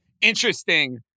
Interesting